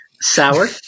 Sour